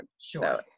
Sure